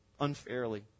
unfairly